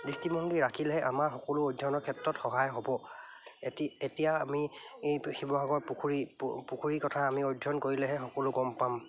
দৃষ্টিভংগী ৰাখিলেহে আমাৰ সকলো অধ্যয়নৰ ক্ষেত্ৰত সহায় হ'ব এটি এতিয়া আমি এই শিৱসাগৰ পুখুৰী পু পুখুৰীৰ কথা আমি অধ্যয়ন কৰিলেহে সকলো গম পাম